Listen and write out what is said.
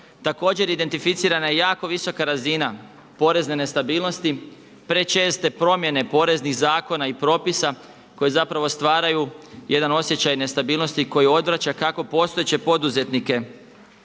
Također identificirana je jako visoka razina porezne nestabilnosti, prečeste promjene poreznih zakona i propisa koji zapravo stvaraju jedan osjećaj nestabilnosti koja odvraća kako postojeće poduzetnike